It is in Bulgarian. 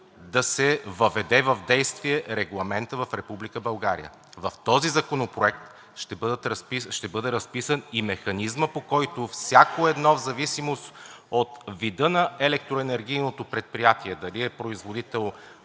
да се въведе в действие Регламентът в Република България. В този законопроект ще бъде разписан и механизмът, по който всяко едно в зависимост от вида на електроенергийното предприятие – дали е производител,